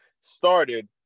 started